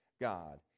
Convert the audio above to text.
God